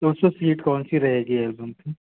तो उसमें सीड कौन सी रहेगी एलबम की